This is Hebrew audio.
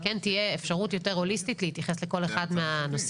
כן תהיה אפשרות יותר הוליסטית להתייחס לכל אחד מהנושאים.